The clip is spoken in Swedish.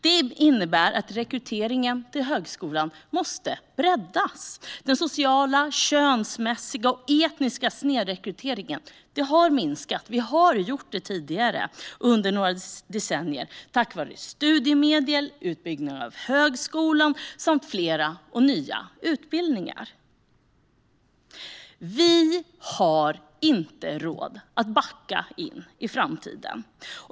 Det innebär att rekryteringen till högskolan måste breddas. Den sociala, könsmässiga och etniska snedrekryteringen har minskat. Det har skett tidigare under några decennier tack vare studiemedel, utbyggnad av högskolan samt fler nya utbildningar. Vi har inte råd att backa in i framtiden.